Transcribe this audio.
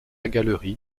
galerie